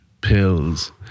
pills